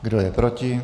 Kdo je proti?